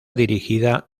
dirigida